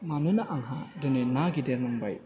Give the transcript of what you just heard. मानोना आंहा दोनै ना गिदिर नांबाय